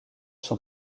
sont